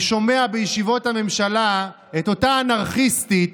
אני שומע בישיבות הממשלה את אותה אנרכיסטית,